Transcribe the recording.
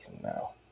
Now